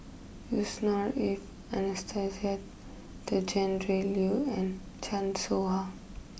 Yusnor Ef Anastasia Tjendri Liew and Chan Soh Ha